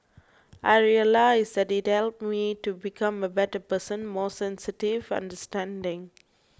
I realised that it helped me to become a better person more sensitive understanding